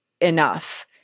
enough